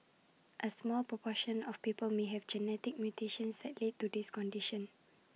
A small proportion of people may have genetic mutations that lead to this condition